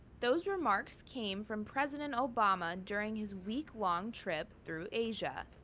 those remarks came from president obama during his week long trip through asia.